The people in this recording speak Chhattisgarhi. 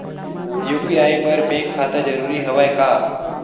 यू.पी.आई बर बैंक खाता जरूरी हवय का?